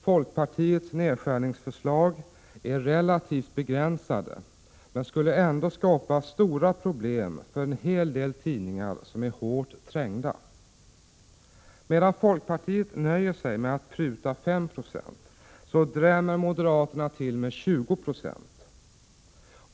Folkpartiets nedskärningsförslag är relativt begränsade, men skulle ändå skapa stora problem för en hel del tidningar som är hårt trängda. Medan folkpartiet nöjer sig med att pruta 5 26, drämmer moderaterna till med 20 20.